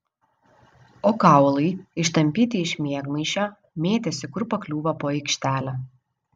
o kaulai ištampyti iš miegmaišio mėtėsi kur pakliūva po aikštelę